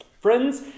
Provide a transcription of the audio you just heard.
Friends